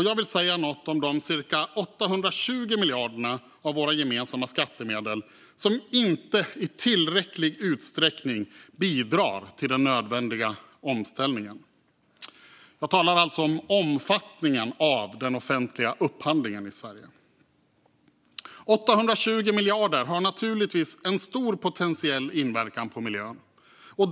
Jag vill säga något om de cirka 820 miljarder av våra gemensamma skattemedel som inte i tillräcklig utsträckning bidrar till den nödvändiga omställningen. Jag talar alltså om omfattningen av den offentliga upphandlingen i Sverige. Det är naturligtvis så att 820 miljarder har en stor potentiell inverkan på miljön.